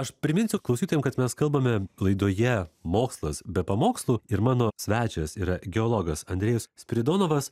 aš priminsiu klausytojam kad mes kalbame laidoje mokslas be pamokslų ir mano svečias yra geologas andrejus spiridonovas